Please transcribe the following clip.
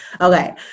Okay